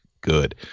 good